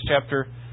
chapter